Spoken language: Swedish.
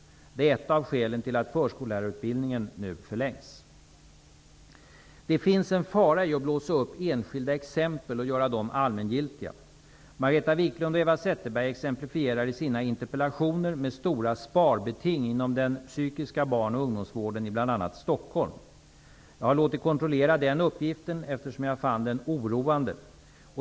Det är ett av skälen till att förskollärarutbildningen nu förlängs. Det finns en fara i att blåsa upp enskilda exempel och göra dem allmängiltiga. Margareta Viklund och Eva Zetterberg exemplifierar i sina interpellationer med stora sparbeting inom den psykiska barn och ungdomsvården i bl.a. Stockholm. Jag har låtit kontrollera den uppgiften eftersom jag fann den oroande.